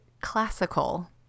classical